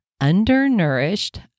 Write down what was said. undernourished